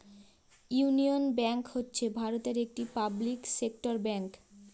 union Bank হচ্ছে ভারতের একটি পাবলিক সেক্টর ব্যাঙ্ক